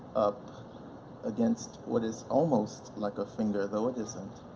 up against what is almost like a finger though it isn't,